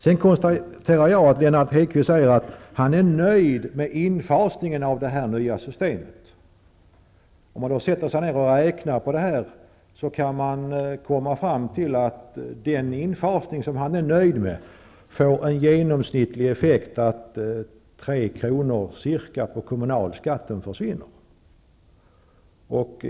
Sedan säger Lennart Hedquist att han är nöjd med infasningen av det nya systemet. Om man sätter sig ner och räknar på detta, kommer man fram till att den infasning som han är nöjd med får den genomsnittliga effekten att ca 3 kr. på kommunalskatten försvinner.